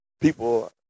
people